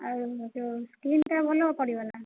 ଆଉ କେଉଁ ସ୍କିନଟା ଭଲ ପଡ଼ିବ ନା